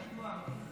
ידוע.